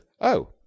Oh